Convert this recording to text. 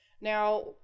Now